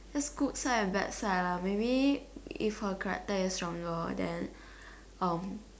that's good side and bad side lah maybe if her character is stronger then um